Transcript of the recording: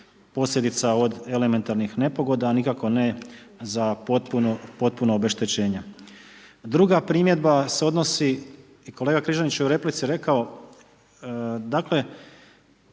posljedica od elementarnih nepogoda, a nikako ne za potpuno obeštećenje. Druga primjedba se odnosi i kolega Križanić je u replici rekao, dakle